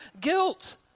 guilt